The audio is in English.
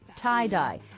tie-dye